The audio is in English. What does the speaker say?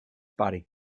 body